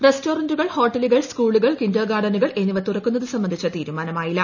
റസ്റ്റോറന്റുകൾ ഹോട്ടലുകൾ സ്കൂളുകൾ കിന്റർ ഗാർഡനുകൾ എന്നിവ തുറക്കുന്നത് സംബന്ധിച്ച തീരുമാനമായില്ല